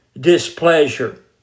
displeasure